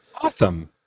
awesome